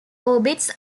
orbits